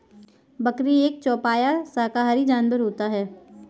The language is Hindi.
बकरी एक चौपाया शाकाहारी जानवर होता है